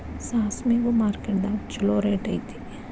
ಸಾಸ್ಮಿಗು ಮಾರ್ಕೆಟ್ ದಾಗ ಚುಲೋ ರೆಟ್ ಐತಿ